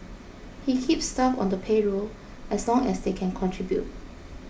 he keeps staff on the payroll as long as they can contribute